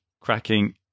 cracking